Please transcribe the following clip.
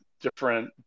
different